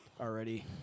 already